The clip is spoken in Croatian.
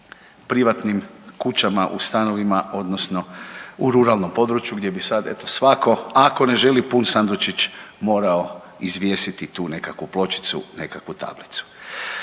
privatnim kućama, u stanovima, odnosno u ruralnom području, gdje bi sad eto, svatko ako ne želi pun sandučić morao izvjesiti tu nekakvu pločicu, nekakvu tablicu.